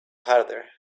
harder